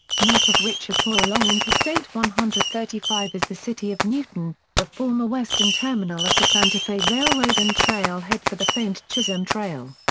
north of wichita along interstate one hundred and thirty five is the city of newton, the former western terminal of the santa fe railroad and trailhead for the famed chisholm trail.